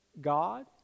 God